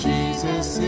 Jesus